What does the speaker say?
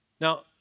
Now